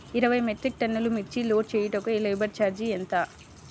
ఇరవై మెట్రిక్ టన్నులు మిర్చి లోడ్ చేయుటకు లేబర్ ఛార్జ్ ఎంత?